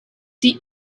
die